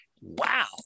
wow